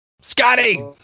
Scotty